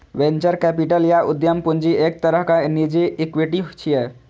venture capital या उद्यम पूंजी एक तरहक निजी इक्विटी छियै